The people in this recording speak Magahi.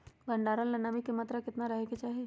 भंडारण ला नामी के केतना मात्रा राहेके चाही?